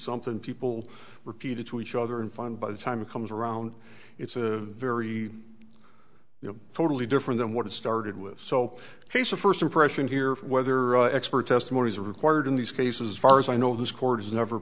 something people repeated to each other and find by the time it comes around it's a very you know totally different than what it started with so case of first impression here whether expert testimony is required in these cases far as i know this court has never